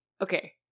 okay